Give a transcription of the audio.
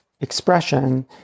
expression